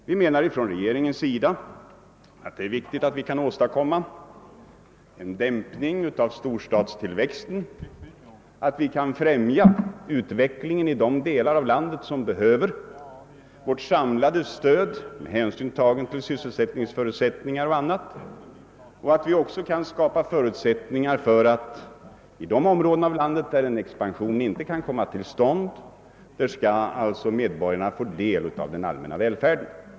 Vi menar från regeringens sida att det är viktigt, att vi kan åstadkomma en dämpning av storstadstillväxten, att vi kan främja utvecklingen i de delar av landet som behöver vårt samlade stöd med hänsyn tagen till sysselsättningsförutsättningar och annat och att vi också kan skapa förutsättningar för att i de områden av landet, där en expansion inte kan komma till stånd, medborgarna skall få del av den allmänna välfärden.